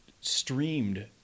streamed